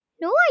No